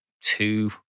two